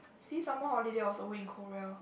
see summer holiday also win in Korea